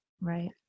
Right